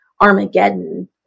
Armageddon